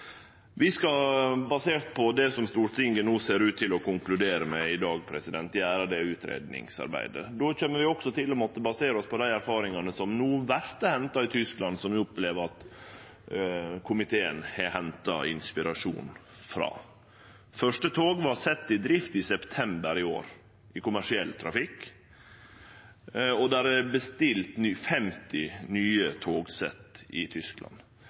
Vi skal, basert på det som Stortinget no ser ut til å konkludere med i dag, gjere dette utgreiingsarbeidet. Då kjem vi også til å måtte basere oss på dei erfaringane som no vert henta i Tyskland, som vi opplever at komiteen har henta inspirasjon frå. Første tog i kommersiell trafikk vart sett i drift i september i år, og det er bestilt 50 nye togsett i Tyskland.